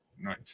nice